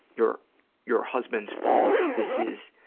your your husband's fault. this is,